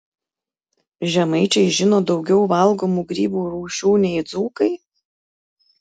žemaičiai žino daugiau valgomų grybų rūšių nei dzūkai